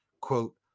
quote